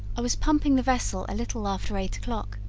i was pumping the vessel a little after eight o'clock,